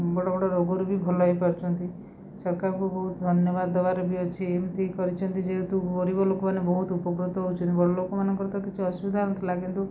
ବଡ଼ ବଡ଼ ରୋଗରୁ ବି ଭଲ ହେଇପାରୁଛନ୍ତି ସରକାରଙ୍କୁ ବହୁତ ଧନ୍ୟବାଦ ଦବାର ବି ଅଛି ଏମିତି କରିଛନ୍ତି ଯେହେତୁ ଗରିବଲୋକମାନେ ବହୁତ ଉପକୃତ ହଉଛନ୍ତି ବଡ଼ ଲୋକମାନଙ୍କର ତ କିଛି ଅସୁବିଧା ନଥିଲା କିନ୍ତୁ